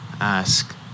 ask